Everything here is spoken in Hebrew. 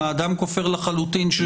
אם האדם כופר לחלוטין?